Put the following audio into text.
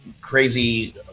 crazy